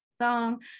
song